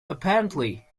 apparently